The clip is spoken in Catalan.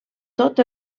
tot